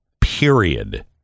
period